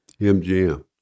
MGM